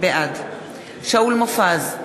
בעד שאול מופז,